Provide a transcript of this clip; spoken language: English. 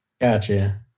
Gotcha